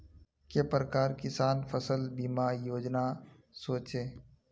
के प्रकार किसान फसल बीमा योजना सोचें?